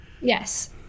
Yes